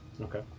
Okay